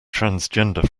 transgender